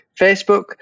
facebook